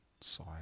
side